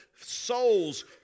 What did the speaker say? souls